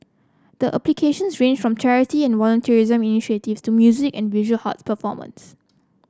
the applications ranged from charity and volunteerism initiatives to music and visual hat platforms